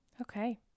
Okay